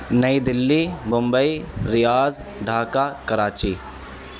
نئی دلی بمبئی ریاض ڈھاکا کراچی